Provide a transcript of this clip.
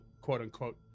quote-unquote